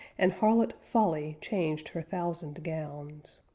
and harlot folly changed her thousand gowns.